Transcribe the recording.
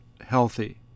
healthy